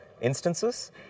instances